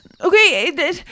Okay